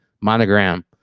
Monogram